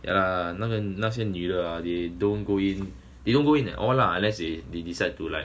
yeah lah 那个那些女的 ah they don't go in they don't go in at all lah unless they decide to like